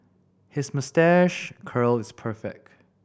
his moustache curl is perfect